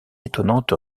étonnante